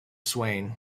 swain